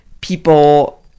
people